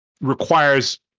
requires